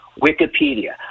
Wikipedia